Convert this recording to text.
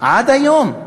עד היום,